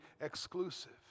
exclusive